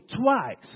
twice